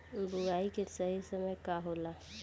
बुआई के सही समय का होला?